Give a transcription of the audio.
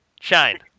Shine